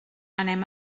anem